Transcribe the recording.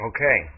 Okay